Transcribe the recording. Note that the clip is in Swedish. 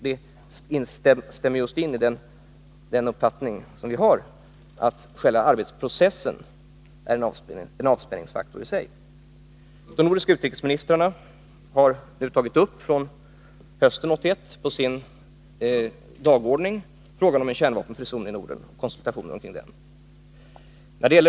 Det stämmer med den uppfattning vi har, nämligen att själva arbetsprocessen är en avspänningsfaktor i sig. De nordiska utrikesministrarna har från hösten 1981 på sin dagordning tagit upp konsultationer omkring frågan om en kärnvapenfri zon i Norden.